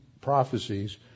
prophecies